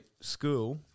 school